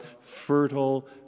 fertile